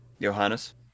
Johannes